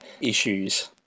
issues